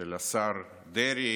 של השר דרעי,